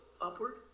upward